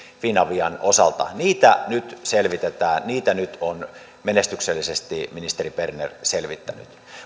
finavian osalta näitä nyt selvitetään näitä nyt on menestyksellisesti ministeri berner selvittänyt